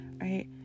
right